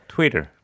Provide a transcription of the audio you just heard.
Twitter